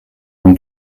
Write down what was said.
mon